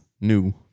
new